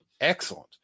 Excellent